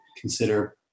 consider